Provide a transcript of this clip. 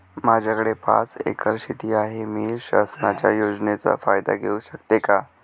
माझ्याकडे पाच एकर शेती आहे, मी शासनाच्या योजनेचा फायदा घेऊ शकते का?